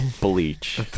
bleach